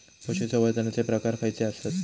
पशुसंवर्धनाचे प्रकार खयचे आसत?